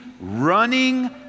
running